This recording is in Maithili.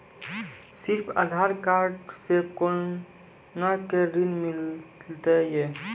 सिर्फ आधार कार्ड से कोना के ऋण मिलते यो?